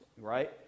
right